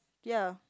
ya